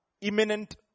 imminent